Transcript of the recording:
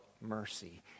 mercy